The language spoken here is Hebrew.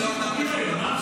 זו קייטנה?